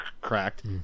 cracked